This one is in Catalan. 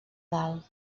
dalt